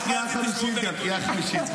אני אעלה, הוא יברח --- קריאה חמישית כבר,